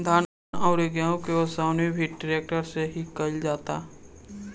धान अउरी गेंहू के ओसवनी भी ट्रेक्टर से ही कईल जाता